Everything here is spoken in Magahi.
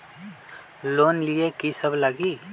लोन लिए की सब लगी?